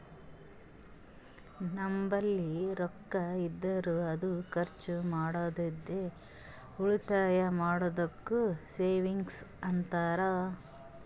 ನಂಬಲ್ಲಿ ರೊಕ್ಕಾ ಇದ್ದುರ್ ಅದು ಖರ್ಚ ಮಾಡ್ಲಾರ್ದೆ ಉಳಿತಾಯ್ ಮಾಡದ್ದುಕ್ ಸೇವಿಂಗ್ಸ್ ಅಂತಾರ